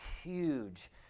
huge